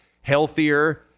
healthier